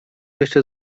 jeszcze